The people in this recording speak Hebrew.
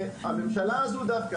והממשלה הזו דווקא,